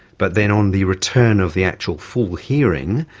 but then on the return of the actual full hearing,